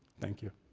thank you.